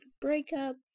breakup